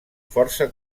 força